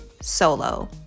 solo